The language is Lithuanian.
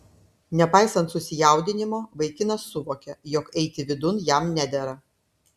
nepaisant susijaudinimo vaikinas suvokė jog eiti vidun jam nedera